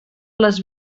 les